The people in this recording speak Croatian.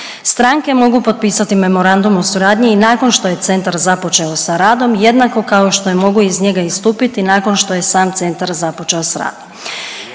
Stranke mogu potpisati memorandum o suradnji i nakon što je Centar započeo sa radom, jednako kao što mogu iz njega istupiti nakon što je sam Centar započeo s radom